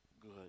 good